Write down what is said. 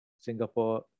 Singapore